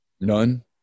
None